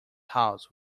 house